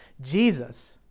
Jesus